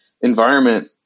environment